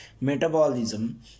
metabolism